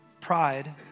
Pride